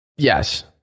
Yes